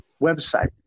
website